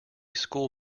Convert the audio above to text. school